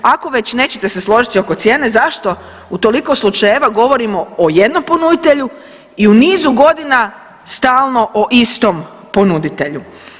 Ako već nećete se složiti oko cijene, zašto u toliko slučajeva govorimo o jednom ponuditelju i u nizu godina stalno o istom ponuditelju?